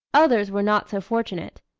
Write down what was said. others were not so fortunate.